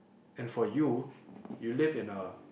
and for you you live in a